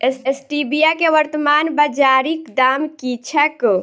Stevia केँ वर्तमान बाजारीक दाम की छैक?